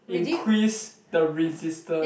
increase the resistant